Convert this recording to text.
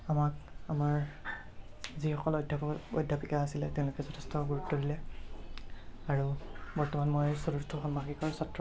আমাক আমাৰ যিসকল অধ্যাপক অধ্যাপিকা আছিলে তেওঁলোকে যথেষ্ট গুৰুত্ব দিলে আৰু বৰ্তমান মই চতুৰ্থ ষাণ্মাসিকৰ ছাত্ৰ